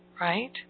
right